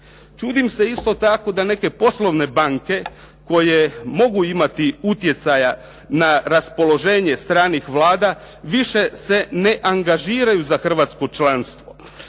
Čudim se isto tako da neke poslovne banke koje mogu imati utjecaja na raspoloženje stranih vlada više se ne angažiraju za hrvatsko članstvo.